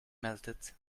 melted